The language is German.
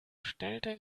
stellte